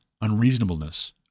unreasonableness